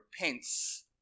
repents